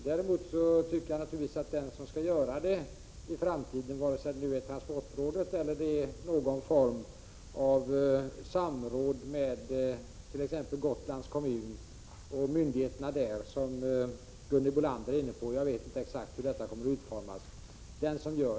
Däremot tycker jag naturligtvis att den som skall göra det i framtiden skall ta hänsyn till de faktorer som här har nämnts, vare sig det nu är transportrådet som skall göra detta arbete eller om det blir ett samråd med t.ex. Gotlands kommun och myndigheterna på Gotland, som Gunhild Bolander är inne på — jag vet inte exakt hur detta kommer att utformas.